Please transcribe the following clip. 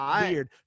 weird